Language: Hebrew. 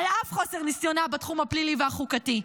על אף חוסר ניסיונה בתחום הפלילי והחוקתי,